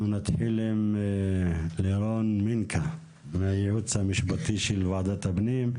אנחנו נתחיל עם לירון אדלר מינקה מהייעוץ המשפטי של ועדת הפנים,